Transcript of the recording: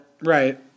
Right